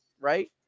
right